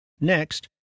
Next